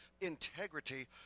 integrity